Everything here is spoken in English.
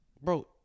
Bro